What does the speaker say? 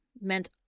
meant